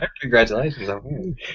Congratulations